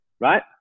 right